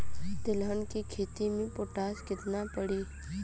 तिलहन के खेती मे पोटास कितना पड़ी?